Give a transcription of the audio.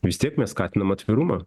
vis tiek mes skatinam atvirumą